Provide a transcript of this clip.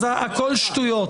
אז הכל שטויות.